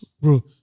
bro